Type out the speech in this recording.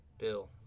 Bill